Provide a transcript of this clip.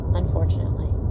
unfortunately